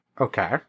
Okay